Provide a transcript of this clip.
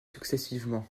successivement